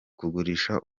kugurisha